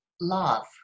love